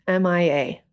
MIA